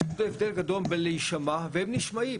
יש הבדל גדול בין להישמע, והם נשמעים,